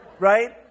Right